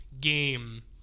game